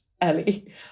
Ellie